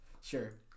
Sure